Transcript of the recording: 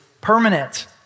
permanent